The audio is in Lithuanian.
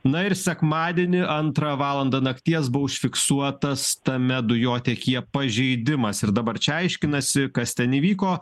na ir sekmadienį antrą valandą nakties buvo užfiksuotas tame dujotiekyje pažeidimas ir dabar čia aiškinasi kas ten įvyko